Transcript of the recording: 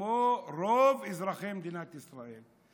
כמו רוב אזרחי מדינת ישראל,